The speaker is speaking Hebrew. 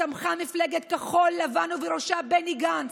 תמכה מפלגת כחול לבן ובראשה בני גנץ.